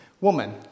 Woman